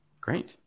Great